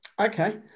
Okay